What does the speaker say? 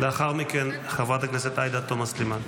לאחר מכן, חברת הכנסת עאידה תומא סלימאן,